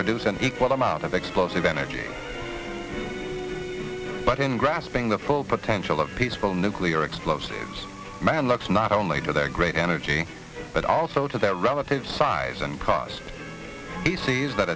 produce an equal amount of explosive energy but in grasping the full potential of peaceful nuclear explosives man looks not only to their great energy but also to their relative size and cost he sees that